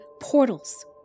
portals